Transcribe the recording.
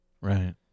Right